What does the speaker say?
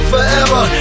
forever